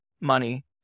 money